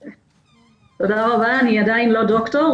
תודה רבה, אני עדיין לא ד"ר,